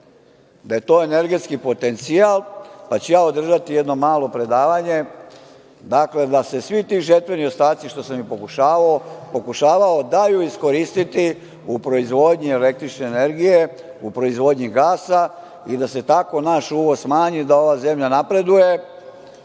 da je to energetski potencijal, pa ću ja održati jedno malo predavanje. Dakle, da se svi ti žetveni ostaci, što sam i pokušavao, daju iskoristiti u proizvodnji električne energije, u proizvodnji gasa i da se tako naš uvoz smanji, da ova zemlja napreduje,